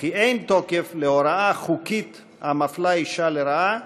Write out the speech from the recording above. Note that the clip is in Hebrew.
וכי אין תוקף להוראה חוקית המפלה אישה לרעה,